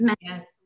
Yes